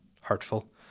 Hurtful